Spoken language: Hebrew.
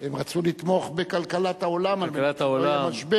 הם רצו לתמוך בכלכלת העולם, במשבר.